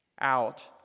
out